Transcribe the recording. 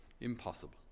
Impossible